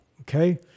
okay